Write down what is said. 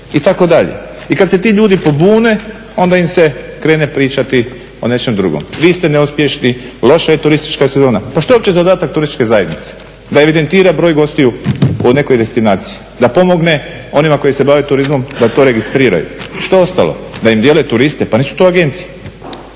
itd. I kada se ti ljudi pobune onda im se krene pričati o nečem drugom. Vi ste neuspješni, loša je turistička sezona. Pa što je uopće zadatak turističke zajednice? Da evidentira broj gostiju u nekoj destinaciji, da pomogne onima koji se bave turizmom da to registriraju. Što je ostalo? Da im dijele turiste, pa nisu to agencije.